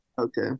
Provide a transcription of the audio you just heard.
Okay